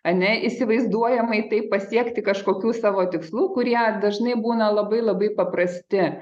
ar ne įsivaizduojamai tai pasiekti kažkokių savo tikslų kurie dažnai būna labai labai paprasti